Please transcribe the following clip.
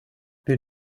wir